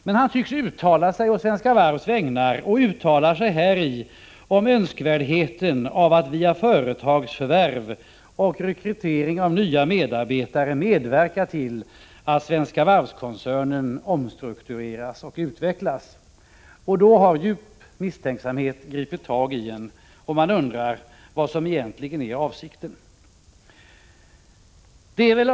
Men han tycks uttala sig å Svenska Varvs vägnar när han talar om önskvärdheten av att man via företagsförvärv och rekrytering av nya medarbetare medverkar till att 119 Svenska Varv-koncernen omstruktureras och utvecklas. Då grips jag av djup misstänksamhet och undrar vad som egentligen är avsikten.